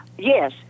Yes